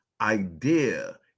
Idea